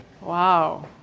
Wow